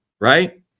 right